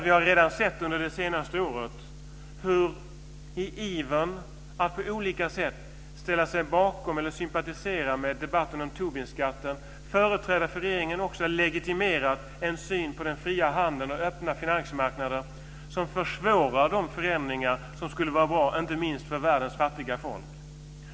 Vi har redan sett under det senaste året hur också företrädare för regeringen i ivern att på olika sätt ställa sig bakom eller sympatisera med Tobinskatten legitimerat en syn på den fria handeln och på öppna finansmarknader som försvårar de förändringar som skulle vara bra för inte minst världens fattiga folk.